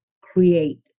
create